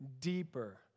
Deeper